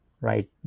right